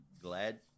glad